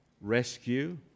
rescue